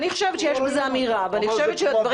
אני חושבת שיש בזה אמירה ואני חושבת שהדברים